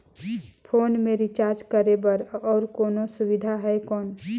Phone मे recharge करे बर और कोनो सुविधा है कौन?